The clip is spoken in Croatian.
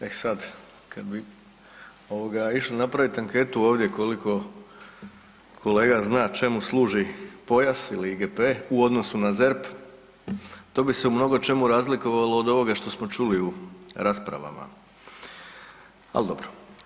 E sad, kad bi išli napravit anketu ovdje koliko kolega zna čemu služi pojas ili IGP u odnosu na ZERP, to bi se u mnogočemu razlikovalo od ovoga što smo čuli u raspravama, ali dobro.